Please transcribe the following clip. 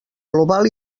global